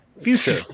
Future